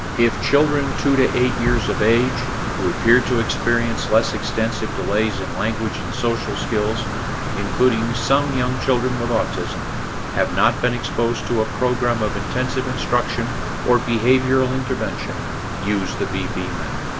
if children two to eight years of age who appear to experience less extensive delays in language and social skills including some young children with autism have not been exposed to a program of intensive instruction or behavioral intervention use the vb map